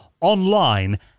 online